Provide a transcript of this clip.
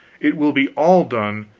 it will be all done,